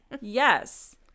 Yes